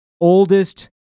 oldest